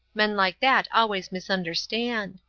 men like that always misunderstand.